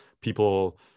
people